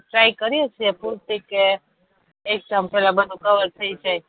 try કરીએ છીએ પૂરતી કે એક્ઝામ પહેલાં બધું કવર થઈ જાય